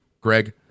Greg